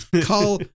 call